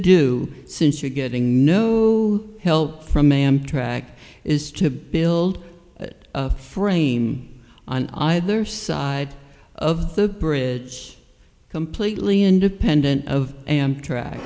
do since you're getting no help from a amtrak is to build it frame on either side of the bridge completely independent of amtrak